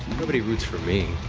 nobody roots for me.